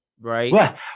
Right